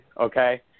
Okay